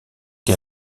des